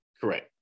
Correct